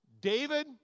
David